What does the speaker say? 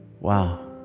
Wow